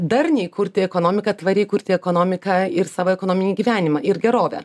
darniai kurti ekonomiką tvariai kurti ekonomiką ir savo ekonominį gyvenimą ir gerovę